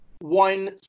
one